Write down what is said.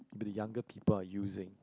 maybe the younger people are using